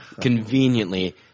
conveniently